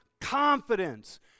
confidence